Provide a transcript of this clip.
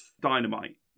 Dynamite